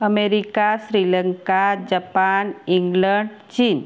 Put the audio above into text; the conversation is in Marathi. अमेरिका श्रीलंका जपान इंग्लंड चीन